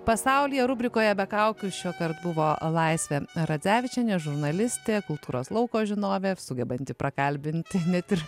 pasaulyje rubrikoje be kaukių šio kart buvo laisvė radzevičienė žurnalistė kultūros lauko žinovė sugebanti prakalbinti net ir